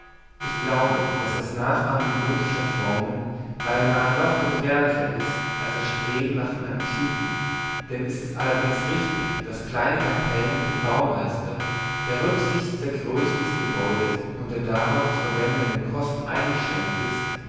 ich glaube daß das nachahmen gotischer formen beinahe noch gefährlicher ist als jenes streben nach dem antiken denn ist es auch allerdings richtig daß kleine kapellen dem baumeister der rücksichts der größe des gebäudes und der darauf zu verwendenden kosten eingeschränkt ist